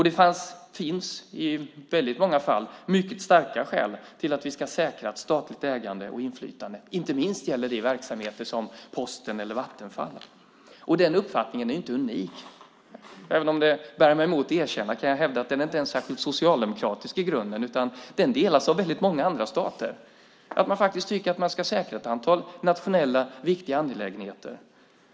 Det finns i väldigt många fall mycket starka skäl till att vi ska säkra statligt inflytande och ägande. Inte minst gäller det verksamheter som Posten eller Vattenfall. Den uppfattningen är inte unik. Även om det bär mig emot att erkänna är den inte ens speciellt socialdemokratisk i grunden. Den delas av väldigt många andra stater. Man tycker att man ska säkra ett antal viktiga nationella angelägenheter.